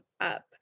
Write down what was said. up